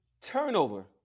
turnover